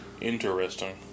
Interesting